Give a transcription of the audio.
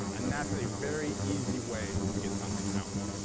and that's a very easy way to get something out.